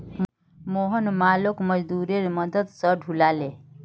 मोहन मालोक मजदूरेर मदद स ढूला ले